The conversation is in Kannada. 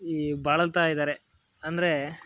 ಈ ಬಳಲ್ತಾ ಇದ್ದಾರೆ ಅಂದರೆ